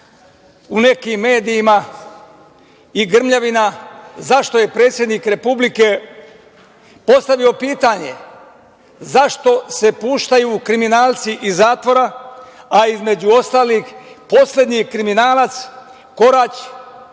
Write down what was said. u nekim medijima i grmljavina zašto je predsednik Republike postavio pitanje, zašto se puštaju kriminalci iz zatvora, a između ostalih poslednji kriminalac Korać,